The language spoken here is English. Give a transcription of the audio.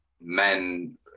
men